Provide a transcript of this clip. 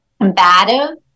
combative